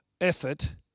effort